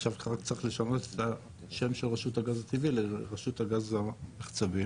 עכשיו צריך לשנות את השם של רשות הגז הטבעי לרשות גז מחצבים.